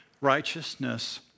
righteousness